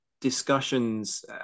discussions